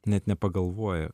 net nepagalvoja